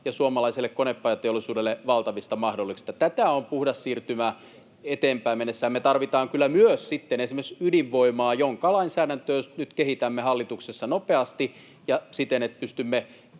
ja suomalaiselle konepajateollisuudelle valtavista mahdollisuuksista. Tätä on puhdas siirtymä. Eteenpäin mennessähän me tarvitaan kyllä myös sitten esimerkiksi ydinvoimaa, jonka lainsäädäntöä nyt kehitämme hallituksessa nopeasti ja siten, että pystymme